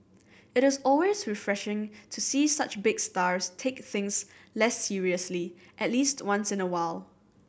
it is always refreshing to see such big stars take things less seriously at least once in a while